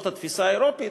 זאת התפיסה האירופית,